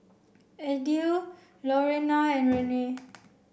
Idell Lurena and Renae